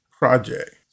project